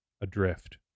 adrift